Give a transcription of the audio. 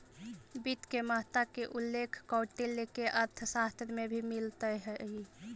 वित्त के महत्ता के उल्लेख कौटिल्य के अर्थशास्त्र में भी मिलऽ हइ